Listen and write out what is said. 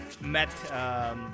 met